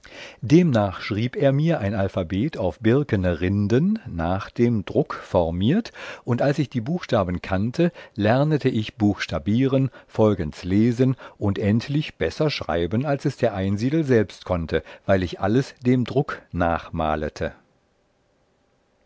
demnach schrieb er mir ein alphabet auf birkene rinden nach dem druck formiert und als ich die buchstaben kannte lernete ich buchstabieren folgends lesen und endlich besser schreiben als es der einsiedel selbst konnte weil ich alles dem druck